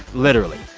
literally.